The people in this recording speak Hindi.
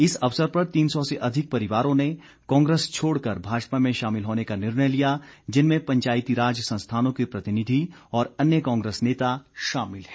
इस अवसर पर तीन सौ से अधिक परिवारों ने कांग्रेस छोडकर भाजपा में शामिल होने का निर्णय लिया जिनमें पंचायतीराज संस्थानों के प्रतिनिधि और अन्य कांग्रेस नेता शामिल है